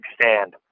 stand